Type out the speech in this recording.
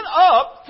up